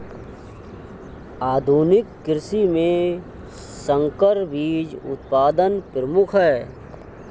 आधुनिक कृषि में संकर बीज उत्पादन प्रमुख है